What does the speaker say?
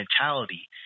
mentality